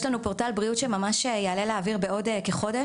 יש לנו פורטל בריאות שיעלה לאוויר בעוד כחודש